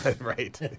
Right